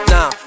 Now